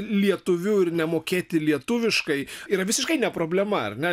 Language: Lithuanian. lietuviu ir nemokėti lietuviškai yra visiškai ne problema ar ne